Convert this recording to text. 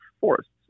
forests